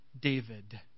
David